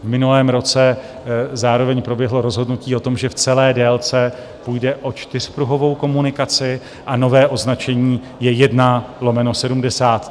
V minulém roce zároveň proběhlo rozhodnutí o tom, že v celé délce půjde o čtyřpruhovou komunikaci, a nové označení je 1/73.